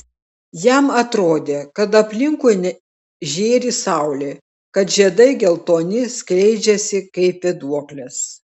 jam atrodė kad aplinkui žėri saulė kad žiedai geltoni skleidžiasi kaip vėduoklės